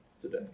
today